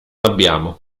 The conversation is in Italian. abbiamo